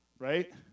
right